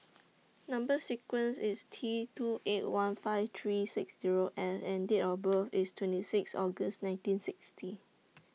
Number sequence IS T two eight one five three six Zero F and Date of birth IS twenty six August nineteen sixty